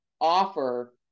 offer